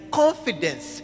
confidence